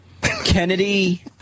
Kennedy